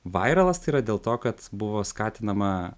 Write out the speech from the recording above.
vairalas tai yra dėl to kad buvo skatinama